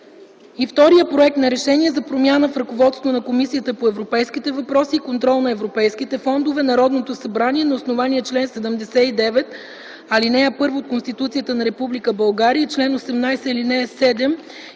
Вторият проект за: „РЕШЕНИЕ за промяна в ръководството на Комисията по европейските въпроси и контрол на европейските фондове Народното събрание, на основание чл. 79, ал. 1 от Конституцията на Република България и чл. 18, ал. 7